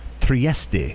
Trieste